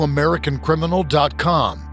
AmericanCriminal.com